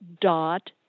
dot